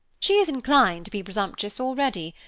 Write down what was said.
she is inclined to be presumptuous already,